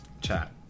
Chat